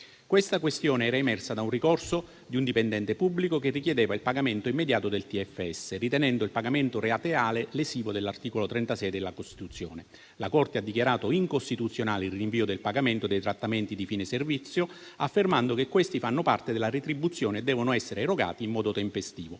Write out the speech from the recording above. Questa questione era emersa da un ricorso di un dipendente pubblico che richiedeva il pagamento immediato del TFS ritenendo il pagamento rateale lesivo dell'articolo 36 della Costituzione. La Corte ha dichiarato incostituzionale il rinvio del pagamento dei trattamenti di fine servizio, affermando che questi fanno parte della retribuzione e devono essere erogati in modo tempestivo.